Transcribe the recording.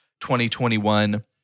2021